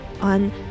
on